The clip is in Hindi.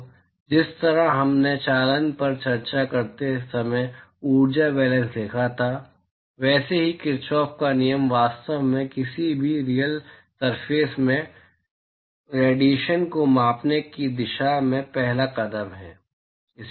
तो जिस तरह हमने चालन पर चर्चा करते समय ऊर्जा बैलेंस लिखा था वैसे ही किरचॉफ का नियम वास्तव में किसी भी रीयल सरफेस में डिएशन को मापने की दिशा में पहला कदम है